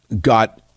got